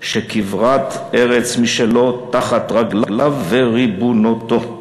שכברת ארץ משלו תחת רגליו וריבונותו.